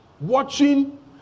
watching